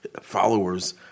followers